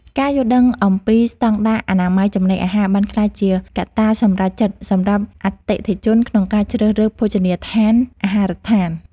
ការយល់ដឹងអំពីស្តង់ដារអនាម័យចំណីអាហារបានក្លាយជាកត្តាសម្រេចចិត្តសម្រាប់អតិថិជនក្នុងការជ្រើសរើសភោជនីយដ្ឋានអាហារដ្ឋាន។